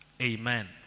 Amen